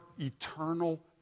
eternal